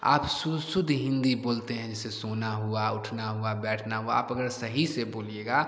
आप शु शुद्ध हिन्दी बोलते हैं जैसे सोना हुआ उठना हुआ बैठना हुआ आप अगर सही से बोलिएगा